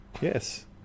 yes